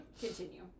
Continue